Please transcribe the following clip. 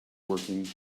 working